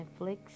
Netflix